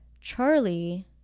Charlie